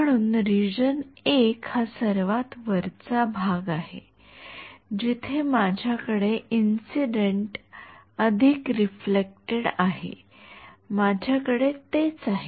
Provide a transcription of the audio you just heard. म्हणून रिजन १ हा सर्वात वरचा भाग आहे जिथे माझ्याकडे इंसिडेंट अधिक रिफ्लेक्टेड आहे माझ्याकडे तेच आहे